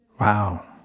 Wow